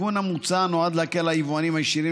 התיקון המוצע נועד להקל על היבואנים הישירים